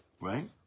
right